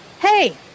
Hey